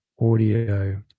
audio